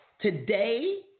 Today